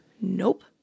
nope